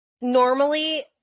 Normally